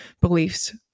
beliefs